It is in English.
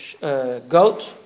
goat